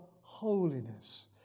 holiness